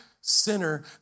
sinner